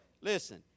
listen